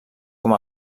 com